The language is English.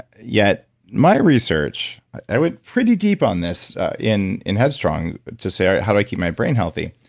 yet my research, i went pretty deep on this in in head strong to say, how do i keep my brain healthy?